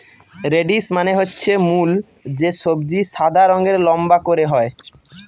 radish মানে হচ্ছে মূল যে সবজি সাদা রঙের লম্বা করে হয়